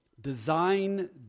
Design